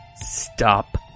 Stop